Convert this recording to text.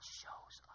shows